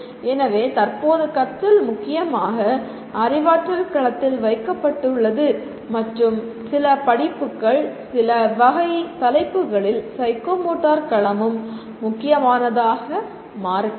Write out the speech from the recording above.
எனவே தற்போது கற்றல் முக்கியமாக அறிவாற்றல் களத்தில் வைக்கப்பட்டுள்ளது மற்றும் சில படிப்புகள் சில வகை தலைப்புகளில் சைக்கோமோட்டர் களமும் முக்கியமானதாக மாறக்கூடும்